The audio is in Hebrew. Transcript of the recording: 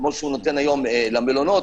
כמו שנותן היום למלונות.